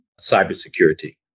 cybersecurity